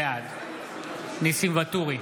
בעד ניסים ואטורי,